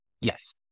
Yes